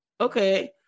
Okay